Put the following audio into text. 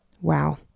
Wow